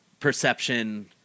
Perception